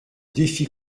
défi